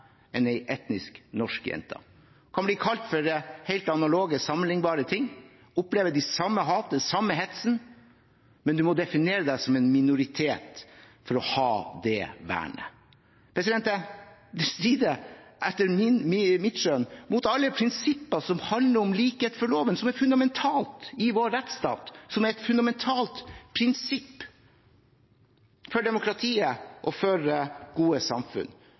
enn en etnisk norsk jente, som kan bli kalt for helt analoge, sammenlignbare ting og oppleve det samme hat og den samme hets – men man må definere seg som en minoritet for å ha det vernet. Det strider etter mitt skjønn mot alle prinsipper som handler om likhet for loven, som er fundamentalt i vår rettsstat, som er et fundamentalt prinsipp for demokratiet og for gode samfunn.